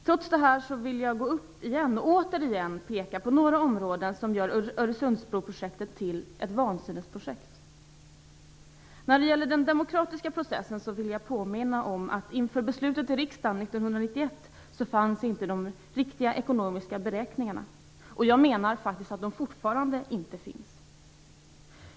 Trots det vill jag återigen peka på några områden som gör Öresundsbroprojektet till ett vansinnesprojekt. När det gäller den demokratiska processen vill jag påminna om att inför beslutet i riksdagen 1991 fanns inte de riktiga ekonomiska beräkningarna, och jag menar faktiskt att de fortfarande inte finns.